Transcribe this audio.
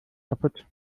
kapput